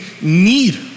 need